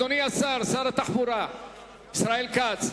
אדוני השר, שר התחבורה ישראל כץ.